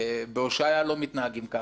בהושעיה לא מתנהגים כמו